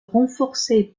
renforcée